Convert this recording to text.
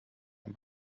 ein